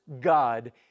God